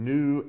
New